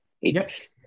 Yes